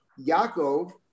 Yaakov